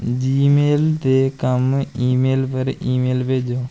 Gmail दे कम्म email पर ईमेल भेजो